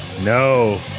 no